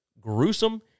gruesome